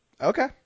Okay